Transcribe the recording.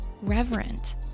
reverent